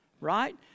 right